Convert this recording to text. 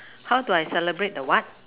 how do I celebrate the what